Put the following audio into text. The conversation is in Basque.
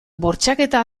bortxaketa